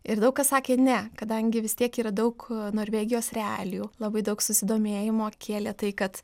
ir daug kas sakė ne kadangi vis tiek yra daug norvegijos realijų labai daug susidomėjimo kėlė tai kad